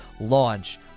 launch